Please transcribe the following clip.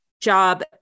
job